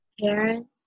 parents